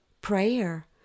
Prayer